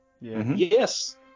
Yes